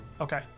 Okay